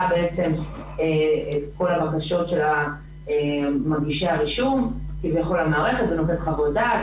את כל הבקשות של מגישי הרישום למערכת ונותן חוות דעת.